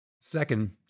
Second